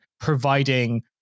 providing